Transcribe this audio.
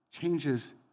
Changes